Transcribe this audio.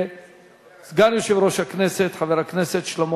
דיון בעקבות הצעות לסדר-היום של חברי הכנסת שלמה